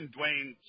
Dwayne